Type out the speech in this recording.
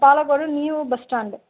Palacode new bus stand